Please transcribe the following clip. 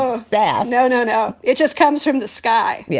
our that no, no, no. it just comes from the sky. yeah.